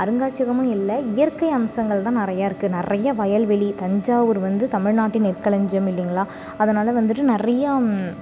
அருங்காட்சியகமும் இல்லை இயற்கை அம்சங்கள் தான் நிறையா இருக்குது நிறையா வயல்வெளி தஞ்சாவூர் வந்து தமிழ்நாட்டின் நெற்களஞ்சியம் இல்லைங்களா அதனால் வந்துட்டு நிறையா